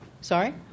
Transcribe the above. Sorry